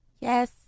Yes